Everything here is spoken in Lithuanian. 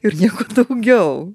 ir nieko daugiau